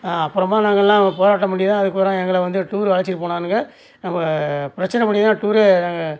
அப்புறமாக நாங்கெளெல்லாம் போராட்டம் பண்ணி தான் அதுக்கப்புறம் எங்களை வந்து டூரு அழைச்சிட்டு போனானுங்க நம்ப பிரச்சனை பண்ணி தான் டூரே நாங்கள்